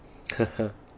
呵呵